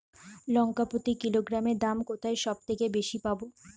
লঙ্কা প্রতি কিলোগ্রামে দাম কোথায় সব থেকে বেশি পাব?